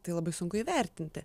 tai labai sunku įvertinti